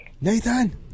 Nathan